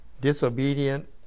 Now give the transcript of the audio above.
disobedient